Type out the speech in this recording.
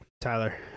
Tyler